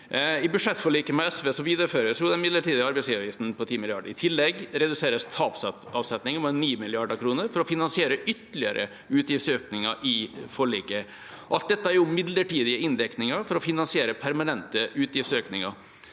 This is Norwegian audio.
I budsjettforliket med SV videreføres den midlertidige arbeidsgiveravgiften på 10 mrd. kr. I tillegg reduseres tapsavsetningen med 9 mrd. kr for å finansiere ytterligere utgiftsøkninger i forliket. Alt dette er midlertidige inndekninger for å finansiere permanente utgiftsøkninger.